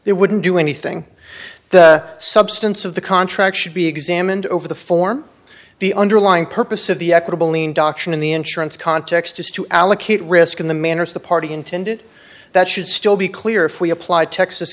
it wouldn't do anything the substance of the contract should be examined over the form the underlying purpose of the equitable ened auction in the insurance context is to allocate risk in the manner the party intended that should still be clear if we apply texas